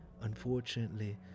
unfortunately